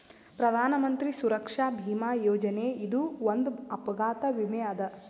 ಪ್ರಧಾನ್ ಮಂತ್ರಿ ಸುರಕ್ಷಾ ಭೀಮಾ ಯೋಜನೆ ಇದು ಒಂದ್ ಅಪಘಾತ ವಿಮೆ ಅದ